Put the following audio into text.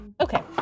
Okay